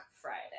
friday